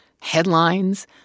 headlines